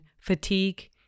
fatigue